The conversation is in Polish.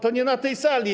To nie na tej sali.